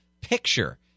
picture